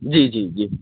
جی جی جی